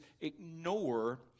ignore